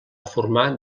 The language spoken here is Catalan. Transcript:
formar